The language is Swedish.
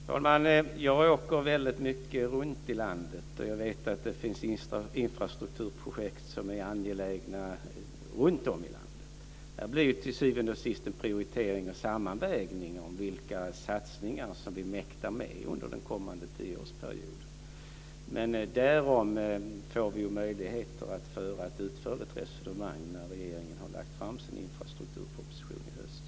Herr talman! Jag åker väldigt mycket runt i landet, och jag vet att det finns angelägna infrastrukturprojekt runtom i landet. Det blir till syvende och sist en prioritering och sammanvägning av vilka satsningar som vi mäktar med under den kommande tioårsperioden. Men därom får vi möjligheter att föra ett utförligt resonemang när regeringen har lagt fram sin infrastrukturproposition i höst.